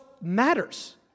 matters